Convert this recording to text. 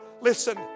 listen